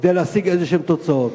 כדי להשיג איזה תוצאות.